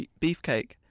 Beefcake